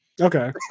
Okay